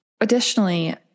Additionally